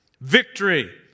Victory